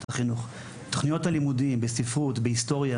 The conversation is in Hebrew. החינוך: תכניות הלימודים בספרות ובהיסטוריה,